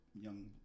young